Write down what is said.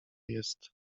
jest